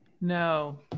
No